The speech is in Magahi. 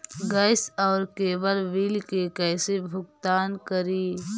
गैस और केबल बिल के कैसे भुगतान करी?